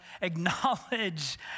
acknowledge